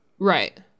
right